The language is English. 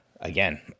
Again